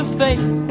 face